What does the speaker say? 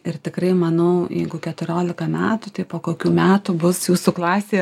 ir tikrai manau jeigu keturiolika metų tai po kokių metų bus jūsų klasė